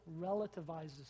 relativizes